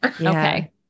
Okay